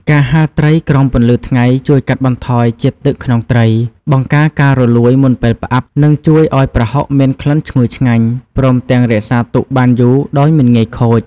ការហាលត្រីក្រោមពន្លឺថ្ងៃជួយកាត់បន្ថយជាតិទឹកក្នុងត្រី បង្ការការរលួយមុនពេលផ្អាប់ និងជួយឱ្យប្រហុកមានក្លិនឈ្ងុយឆ្ងាញ់ ព្រមទាំងរក្សាទុកបានយូរដោយមិនងាយខូច។